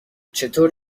چطور